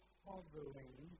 hovering